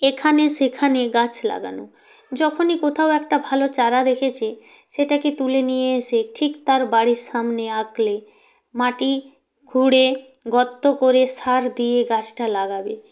এখানে সেখানে গাছ লাগানো যখনই কোথাও একটা ভালো চারা দেখেছে সেটাকে তুলে নিয়ে এসে ঠিক তার বাড়ির সামনে আগলে মাটি খুঁড়ে গর্ত করে সার দিয়ে গাছটা লাগাবে